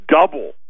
double